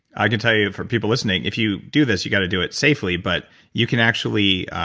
i can tell you for people listening, if you do this you got to do it safely but you can actually,